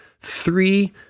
three